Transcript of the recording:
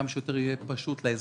שיהיה כמה שיותר פשוט לאזרח,